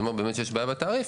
זה אומר שבאמת יש בעיה בתעריף,